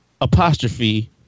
apostrophe